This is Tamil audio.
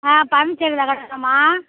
ஆ பார்னிச்சர் கடைங்கலாமா